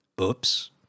Oops